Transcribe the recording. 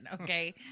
okay